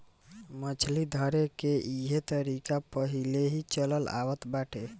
मछली धरेके के इहो तरीका पहिलेही से चलल आवत बाटे